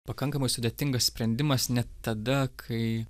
pakankamai sudėtingas sprendimas net tada kai